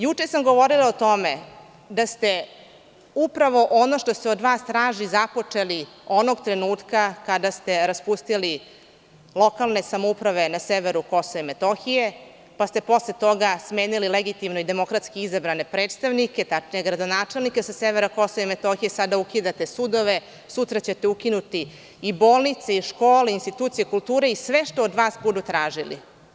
Juče sam govorila o tome da ste upravo ono što se od vas traži započeli onog trenutka kada ste raspustili lokalne samouprave na severu Kosova i Metohije, pa ste posle toga smenili legitimno i demokratski izabrane predstavnike, tačnije gradonačelnike sa severa Kosova i Metohije, sada ukidate sudove, sutra ćete ukinuti i bolnice i škole i institucije kulture i sve što od vas budu tražili.